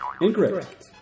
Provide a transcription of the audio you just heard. Incorrect